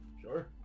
Sure